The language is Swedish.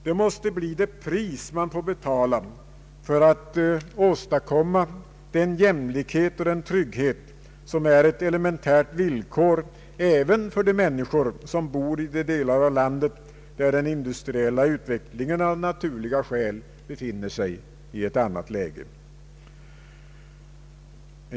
Det måste bli det pris man får betala för att åstadkomma den jämlikhet och den trygghet som är ett elementärt villkor även för de människor som bor i de delar av landet där den industriella utvecklingen av naturliga skäl befinner sig i ett annat läge.